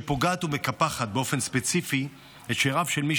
שפוגעת ומקפחת באופן ספציפי את שאיריו של מי